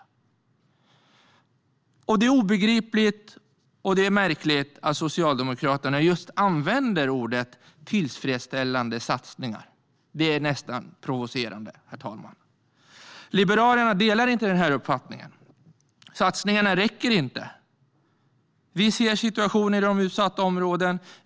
Det är obegripligt och märkligt att Socialdemokraterna just använder uttrycket "tillfredsställande satsningar". Det är nästan provocerande, herr talman. Liberalerna delar inte den uppfattningen. Satsningarna räcker inte. Vi ser situationen i utsatta områden.